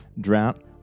drought